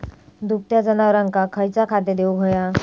दुभत्या जनावरांका खयचा खाद्य देऊक व्हया?